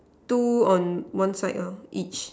two on one side uh each